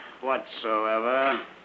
whatsoever